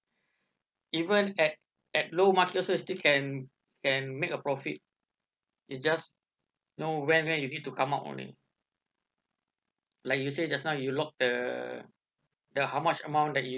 even at at low market also is still can can make a profit it's just know when when you need to come out only like you say just now you lock the the how much amount that you